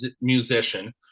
musician